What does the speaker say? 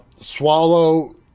Swallow